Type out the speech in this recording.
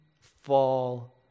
fall